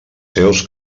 seus